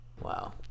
Wow